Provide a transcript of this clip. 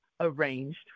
arranged